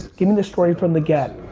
give me the story from the get.